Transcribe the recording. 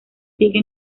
sigue